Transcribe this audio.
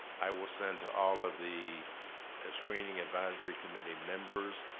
i will send to all of the screening advisory committee members,